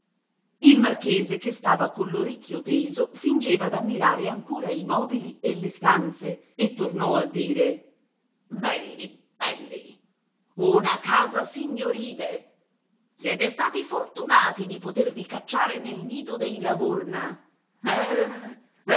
il marchese che stava coll'orecchio teso fingeva d'ammirare ancora i mobili e le stanze e tornò a dire belli belli una casa signorile siete stati fortunati di potervi cacciare nel nido dei la gurna eh eh